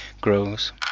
grows